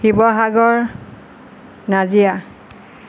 Sivasagar Nazira